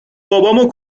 بابامو